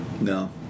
No